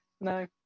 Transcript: no